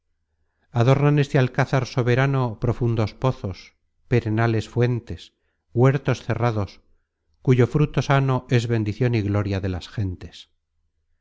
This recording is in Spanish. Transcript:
adornan este alcázar soberano profundos pozos perenales fuentes huertos cerrados cuyo fruto sano es bendicion y gloria de las gentes